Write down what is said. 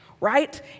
right